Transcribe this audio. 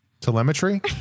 telemetry